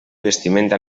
vestimenta